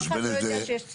אף אחד לא יודע שיש ציבור.